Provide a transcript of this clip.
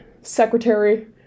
secretary